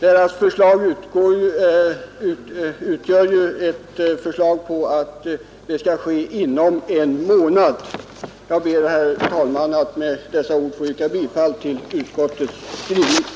Deras förslag går ju ut på att en lagändring skall ske inom en månad. Jag ber, herr talman, att med dessa ord få yrka bifall till utskottets förslag.